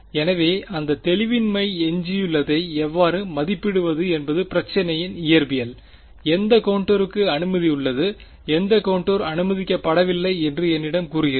எனவே அந்த தெளிவின்மை எஞ்சியுள்ளதை எவ்வாறு மதிப்பிடுவது என்பது பிரச்சினையின் இயற்பியல் எந்த கோண்டோருக்கு அனுமதி உள்ளது எந்த கோண்டோர் அனுமதிக்கப்படவில்லை என்று என்னிடம் கூறுகிறது